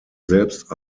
selbst